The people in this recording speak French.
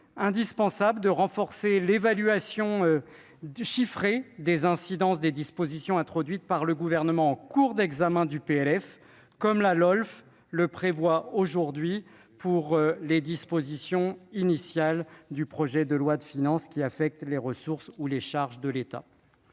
indispensable de renforcer l'évaluation chiffrée des incidences des dispositions introduites par le Gouvernement en cours d'examen du projet de loi de finances, comme la LOLF le prévoit aujourd'hui pour les dispositions initiales du projet de loi de finances affectant les ressources ou les charges de l'État.